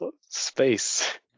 space